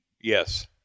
Yes